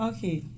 Okay